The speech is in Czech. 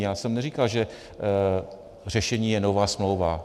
Já jsem neříkal, že řešení je nová smlouva.